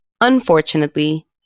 Unfortunately